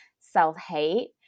self-hate